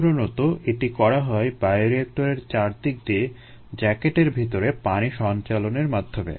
সাধারণত এটি করা হয় বায়োরিয়েক্টরের চারদিক দিয়ে জ্যাকেটের ভিতরে পানি সঞ্চালনের মাধ্যমে